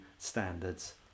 standards